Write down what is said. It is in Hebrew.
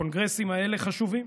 הקונגרסים האלה חשובים.